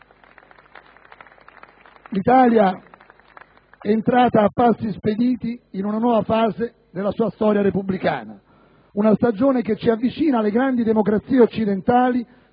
L'Italia è entrata a passi spediti in una nuova fase della sua storia repubblicana: una stagione che ci avvicina alle grandi democrazie occidentali,